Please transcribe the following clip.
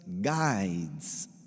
guides